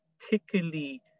particularly